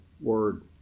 word